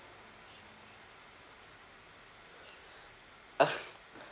ah